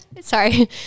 sorry